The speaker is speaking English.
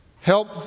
help